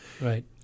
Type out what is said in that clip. Right